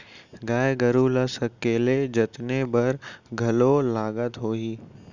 गाय गरू ल सकेले जतने बर घलौ लागत होही?